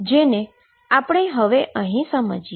જેને આપણે હવે અહીં સમજીએ